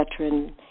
veteran